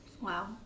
Wow